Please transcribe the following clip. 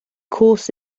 course